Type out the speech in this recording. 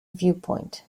viewpoint